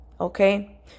okay